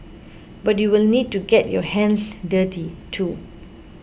but you will need to get your hands dirty too